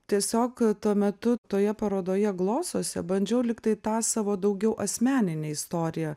tiesiog tuo metu toje parodoje glosose bandžiau lygtai tą savo daugiau asmeninę istoriją